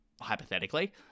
hypothetically